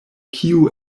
kiu